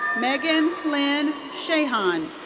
megan lynn shahan.